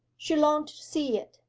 she longed to see it.